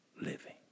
living